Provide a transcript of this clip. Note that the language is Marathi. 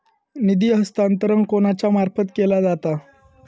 निधी हस्तांतरण कोणाच्या मार्फत केला जाता?